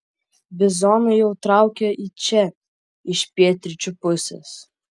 bizonai jau traukia į čia iš pietryčių pusės